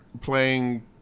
playing